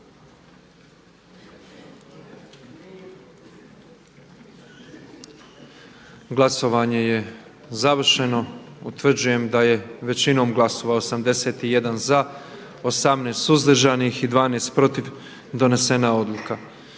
Glasovanje je završeno. Utvrđujem da je većinom glasova, 88 glasova za, 7 suzdržanih i 11 protiv donijeta odluka